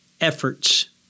efforts